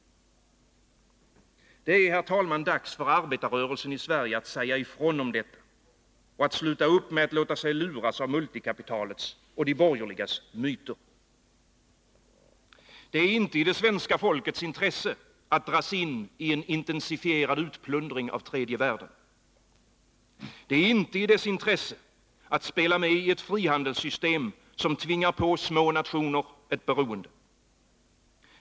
Det är, herr talman, dags för arbetarrörelsen i Sverige att säga ifrån om detta och att sluta upp med att låta sig luras av multikapitalets och de borgerligas myter. Det är inte i det svenska folkets intresse att dras in i en intensifierad utplundring av tredje världen. Det är inte i dess intresse att spela med i ett frihandelssystem som tvingar på små nationer ett beroende.